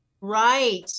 right